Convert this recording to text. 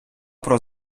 про